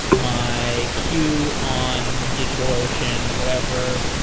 my queue on digitalocean, whatever.